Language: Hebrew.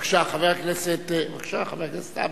בבקשה, חבר הכנסת עמאר.